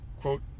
quote